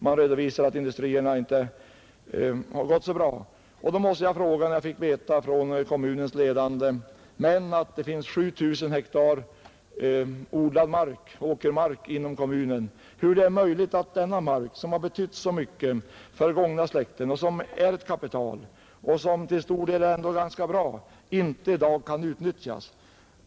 Man redovisade att industrierna inte har gått så bra ””"- jag fick veta av kommunens ledande män att det fanns 7 000 hektar sd1ad åkermark inom kommunen måste jag fråga: Hur är det möjligt att denna mark, som har betytt så mycket för gångna släkten och som är ett kapital, i dag inte kan utnyttjas?